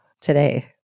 today